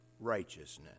Righteousness